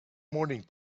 morning